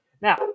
Now